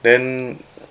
then